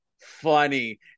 funny